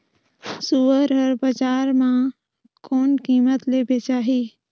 सुअर हर बजार मां कोन कीमत ले बेचाही?